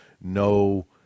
no